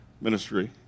ministry